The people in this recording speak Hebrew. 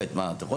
אתה יכול להוסיף.